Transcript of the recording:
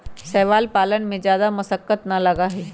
शैवाल पालन में जादा मशक्कत ना लगा हई